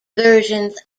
versions